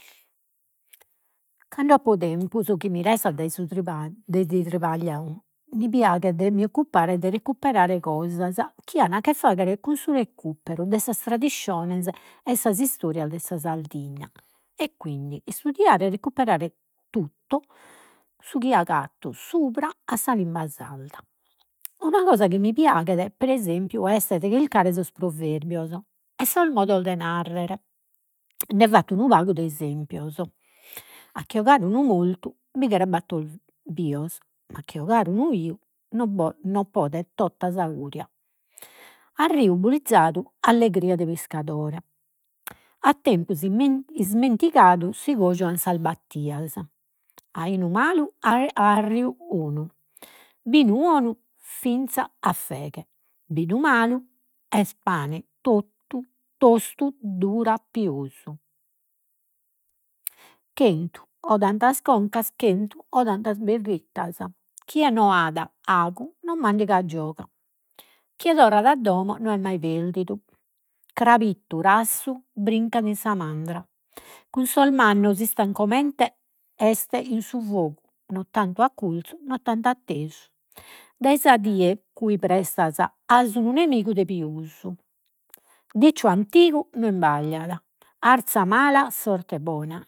Cando apo tempus chi mi restat dai su de ti mi piaghet de mi occupare de ricuperare cosas, chi an a che faghere cun su recuperu de sas tradissiones, e sas istorias de sa Sardigna, e quindi istudiare e recuperare su chi agatto subra a sa limba sarda. Una cosa chi mi piaghet pre esempiu est de chircare sos proverbios, e sos modos de narrere. Nde fatto unu pagu de esempios. A che ogare unu mortu bi cheren battor bios, ma a che ‘ogare unu biu no non podet tota sa Curia. A riu bulizadu, allegria de piscadore. A tempus ismen ismentigadu si cojuant sas battias. Ainu malu, arriu ‘onu, binu ‘onu finza a feghe. Binu malu es pane tostu durat pius. Chentu o tantas concas, chentu o tantas berrittas, chie non at agu, non mandigat gioga, chie torrat a domo non est mai perdidu, crabittu rassu brincat in mandra, cun sos mannos istan comente in su fogu, non tantu accurzu, non tantu attesu. Dai sa die prestas as unu nemigu de pius, diciu antigu non imbagliat, arẓa mala, sorte bona